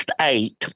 eight